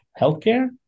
healthcare